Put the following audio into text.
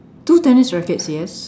two tennis rackets yes